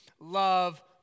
love